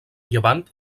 llevant